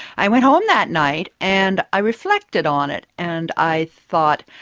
i went home that night and i reflected on it, and i thought,